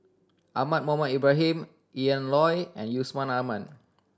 Ahmad Mohamed Ibrahim Ian Loy and Yusman Aman